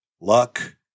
luck